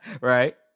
right